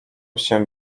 się